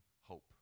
hope